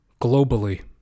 Globally